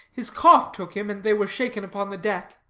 his cough took him and they were shaken upon the deck.